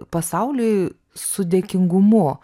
pasauliui su dėkingumu